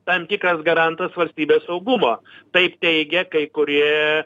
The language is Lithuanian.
tam tikras garantas valstybės saugumo taip teigia kai kurie